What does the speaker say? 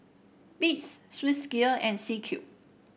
Beats Swissgear and C Cube